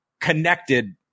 connected